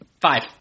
Five